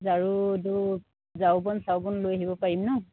ঝাৰু এইটো ঝাওবন চাওবন লৈ আহিব পাৰিম ন